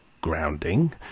grounding